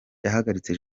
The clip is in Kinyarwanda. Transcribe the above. yahagaritse